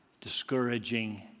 discouraging